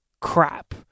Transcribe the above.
crap